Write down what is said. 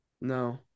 No